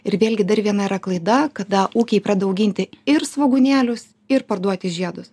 ir vėlgi dar viena yra klaida kada ūkiai pradeda auginti ir svogūnėlius ir parduoti žiedus